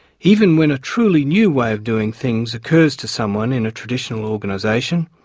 even when a truly new way of doing things occurs to someone in a traditional organisation,